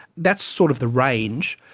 that's sort of the range.